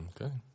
Okay